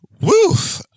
Woof